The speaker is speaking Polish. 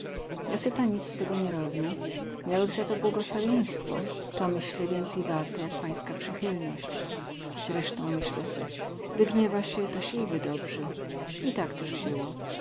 ja se ta nic z tego nie robił miałech za to błogosławieństwo to myślę więcy warte jak pańska przychylność zreśtą myślę se wygniewa sie to sie i wydobrzy i tak tyz było